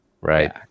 right